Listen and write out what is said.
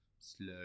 Slow